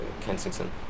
Kensington